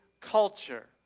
culture